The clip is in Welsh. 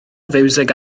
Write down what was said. fiwsig